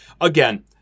Again